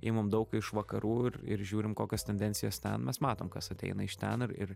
imam daug iš vakarų ir ir žiūrim kokios tendencijos ten mes matom kas ateina iš ten ir ir